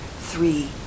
three